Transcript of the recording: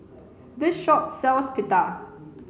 this shop sells Pita